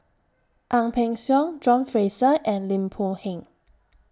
Ang Peng Siong John Fraser and Lim Boon Heng